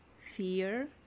fear